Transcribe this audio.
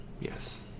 Yes